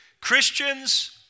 Christians